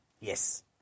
Yes